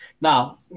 Now